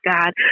God